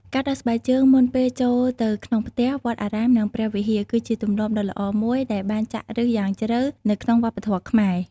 ការដោះស្បែកជើងមុនពេលចូលទៅក្នុងផ្ទះ វត្តអារាម និងព្រះវិហារ គឺជាទម្លាប់ដ៏ល្អមួយដែលបានចាក់ឫសយ៉ាងជ្រៅនៅក្នុងវប្បធម៌ខ្មែរ។